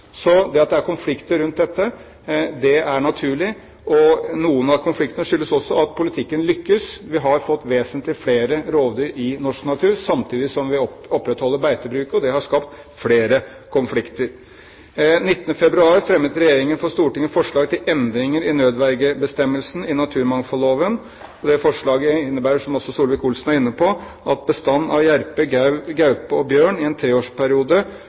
Det at det er konflikter rundt dette, er naturlig, og noen av konfliktene skyldes også at politikken lykkes. Vi har fått vesentlig flere rovdyr i norsk natur samtidig som vi opprettholder beitebruket, og det har skapt flere konflikter. 19. februar fremmet Regjeringen for Stortinget forslag til endringer i nødvergebestemmelsen i naturmangfoldloven. Det forslaget innebærer, som også Solvik-Olsen var inne på, at dersom bestanden av jerv, gaupe og bjørn i en treårsperiode